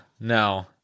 no